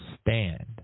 stand